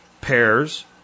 pears